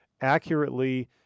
accurately